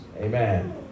Amen